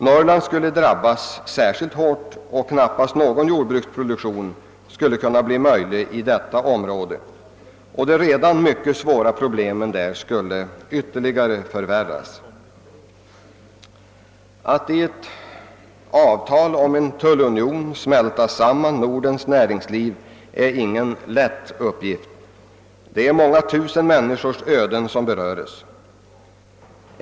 Norrland skulle drabbas särskilt hårt, och knappast någon jordbruksproduktion skulle bli möjlig i detta område. De redan mycket svåra problemen där skulle ytterligare förvärras. Att i ett avtal om tullunion smälta samman de olika nordiska ländernas näringsliv är ingen lätt uppgift. Det är många tusen människors öden som berörs.